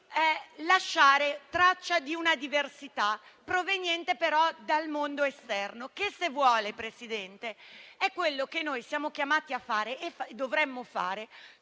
lasciare traccia di una diversità, proveniente però dal mondo esterno. Se vuole, Presidente, è quello che noi siamo chiamati a fare e dovremmo fare